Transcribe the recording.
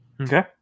Okay